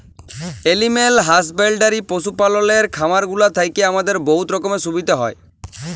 animal husbandry পশু পাললের খামারগুলা থ্যাইকে আমাদের বহুত রকমের সুবিধা হ্যয়